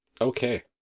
okay